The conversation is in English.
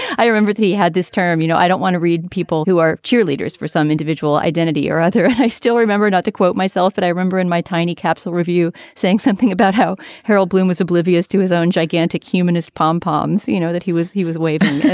i remember he had this term, you know, i don't want to read people who are cheerleaders for some individual identity or other. and i still remember not to quote myself that i remember in my tiny capsule review saying something about how harold bloom was oblivious to his own gigantic humanist pom-poms. you know, that he was he was waving.